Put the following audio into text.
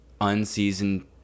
unseasoned